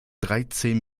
dreizehn